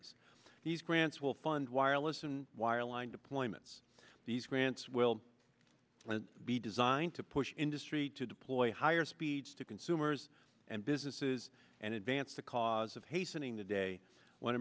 s these grants will fund wireless and wireline deployments these grants will be designed to push industry to deploy higher speeds to consumers and businesses and advance the cause of hastening the day when